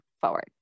forward